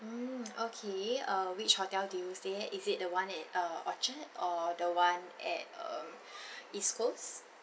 mm okay uh which hotel did you stayed is it the one in err orchard or the one at um east coast